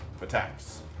attacks